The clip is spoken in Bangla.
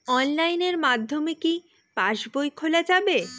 অনলাইনের মাধ্যমে কি পাসবই খোলা যাবে?